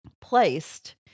placed